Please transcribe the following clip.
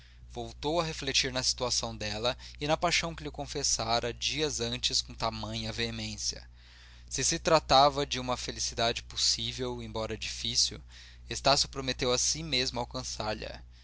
volveu a refletir na situação dela e na paixão que lhe confessara dias antes com tamanha veemência se se tratava de uma felicidade possível embora difícil estácio prometeu a si mesmo alcançar lha